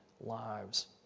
lives